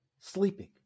sleeping